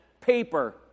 paper